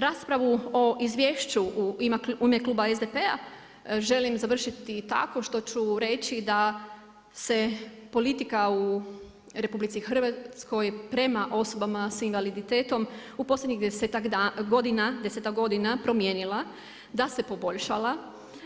Raspravu o izvješću u ime kluba SDP-a želim završiti tako što ću reći da se politika u RH prema osobama sa invaliditetom u posljednjih 10-ak godina promijenila, da se poboljšala,